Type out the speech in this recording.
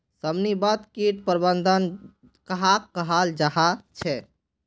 समन्वित किट प्रबंधन कहाक कहाल जाहा झे?